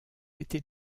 était